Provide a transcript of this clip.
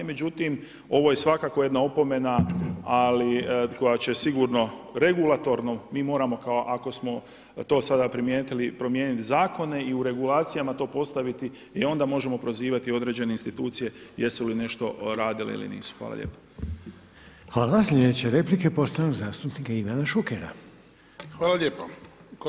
Međutim, ovo je svakako jedna opomena, ali koja će sigurno regulatorno, mi moramo ako smo to sada primijetili promijenit zakone i u regulacijama to postaviti jer onda možemo prozivati određene institucije jesu li nešto radile ili nisu.